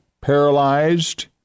paralyzed